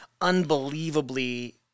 unbelievably